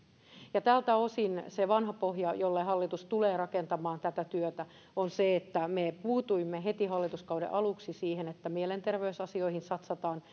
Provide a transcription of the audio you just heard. tältä osin se vanha pohja jolle hallitus tulee rakentamaan tätä työtä on se että me puutuimme heti hallituskauden aluksi siihen että mielenterveysasioihin satsataan